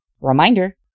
Reminder